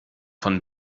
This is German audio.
von